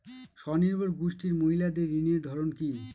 স্বনির্ভর গোষ্ঠীর মহিলাদের ঋণের ধরন কি?